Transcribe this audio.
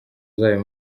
zayo